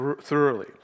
thoroughly